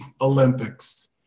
Olympics